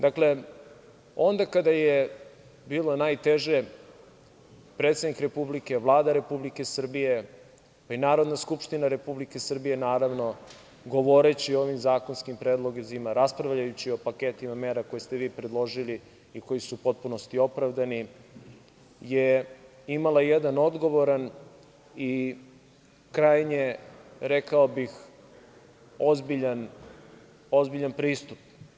Dakle, onda kada je bilo najteže predsednik Republike, Vlada Republike Srbije i Narodna skupština Republike Srbije, naravno, govoreći o ovim zakonskim predlozima, raspravljajući o paketima mera koje ste vi predložili i koji su u potpunosti opravdani, je imala jedan odgovoran i krajnje, rekao bih, ozbiljan pristup.